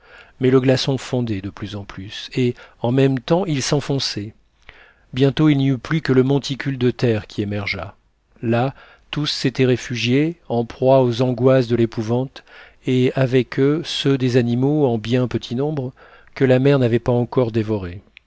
mais le glaçon fondait de plus en plus et en même temps il s'enfonçait bientôt il n'y eut plus que le monticule de terre qui émergeât là tous s'étaient réfugiés en proie aux angoisses de l'épouvante et avec eux ceux des animaux en bien petit nombre que la mer n'avait pas encore dévorés